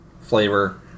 flavor